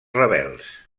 rebels